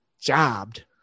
jobbed